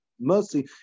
mercy